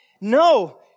No